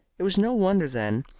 it was no wonder, then,